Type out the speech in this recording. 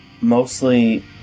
mostly